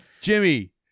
jimmy